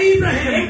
Abraham